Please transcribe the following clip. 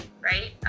Right